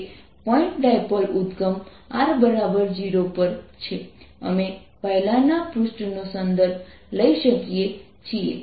અને r ≤ R માટે σR ddzr R0 છે